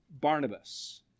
Barnabas